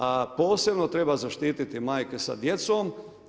A posebno treba zaštiti majke sa djecom.